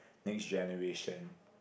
next generation